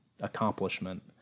accomplishment